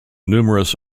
numerous